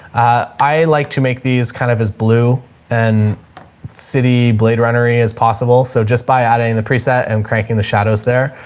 i like to make these kind of as blue and city blade runner as possible. so just by adding the preset and cranking the shadows there,